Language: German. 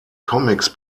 comics